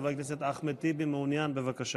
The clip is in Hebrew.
חבר הכנסת אחמד טיבי, בבקשה.